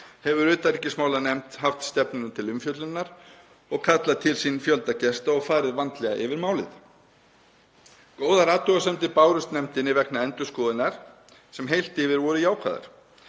Hefur utanríkismálanefnd haft stefnuna til umfjöllunar og kallað til sín fjölda gesta og farið vandlega yfir málið. Góðar athugasemdir bárust nefndinni vegna endurskoðunar sem heilt yfir voru jákvæðar.